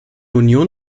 union